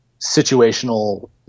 situational